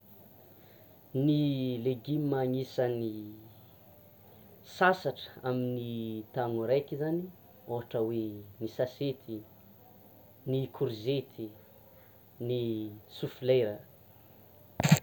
Ny legioma anisan'ny sasatra amin'ny taona raiky zany: ôhatra hoe: ny sasety, ny courgette, ny choux fleurs.